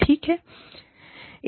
ठीक यहाँ ठीक है